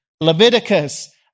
Leviticus